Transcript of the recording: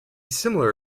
similar